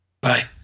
Bye